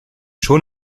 schon